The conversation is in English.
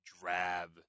drab